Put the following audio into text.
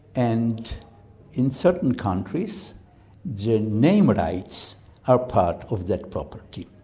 and in certain countries the name rights are part of that property.